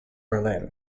berlin